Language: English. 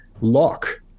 lock